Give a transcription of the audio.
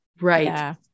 Right